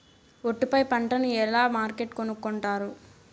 ఒట్టు పై పంటను ఎలా మార్కెట్ కొనుక్కొంటారు?